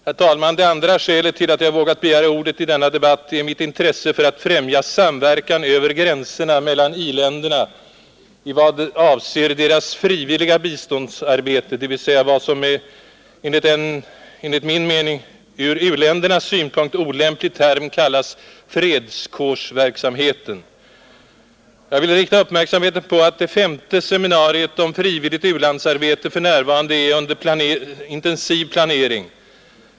Herr talman! Det andra skälet till att jag vågat begära ordet i denna debatt är mitt intresse för att främja samverkan över gränserna mellan i-länderna i vad avser deras frivilliga biståndsarbete, dvs. vad som med en enligt min mening från u-ländernas synpunkt olämplig term kallas fredskårsverksamheten. Jag vill rikta uppmärksamheten på att det femte seminariet om frivilligt u-landsarbete för närvarande är under intensiv planering.